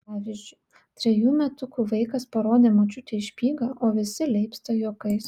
pavyzdžiui trejų metukų vaikas parodė močiutei špygą o visi leipsta juokais